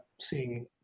seeing